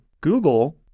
Google